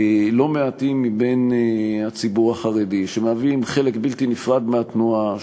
לא מעטים מבין הציבור החרדי שמהווים חלק בלתי נפרד מהתנועה.